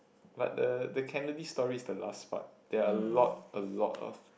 but the the Kennedy story is the last part there are a lot a lot of